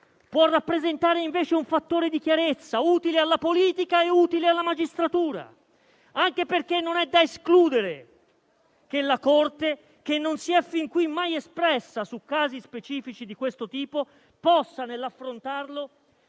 può rappresentare, invece, un fattore di chiarezza, utile alla politica e alla magistratura, anche perché non è da escludere che la Corte, che fin qui non si è mai espressa su casi specifici di questo tipo, nell'affrontare